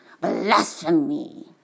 Blasphemy